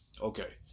Okay